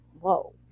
Whoa